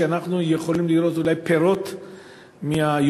ואנחנו יכולים לראות אולי פירות מהיוזמה,